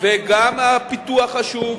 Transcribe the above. וגם הפיתוח חשוב,